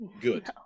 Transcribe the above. Good